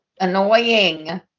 annoying